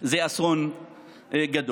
זה אסון גדול.